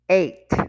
eight